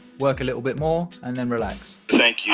work a little bit more, and then relax. thank you,